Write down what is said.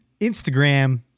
Instagram